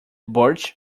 birch